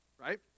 Right